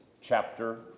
chapter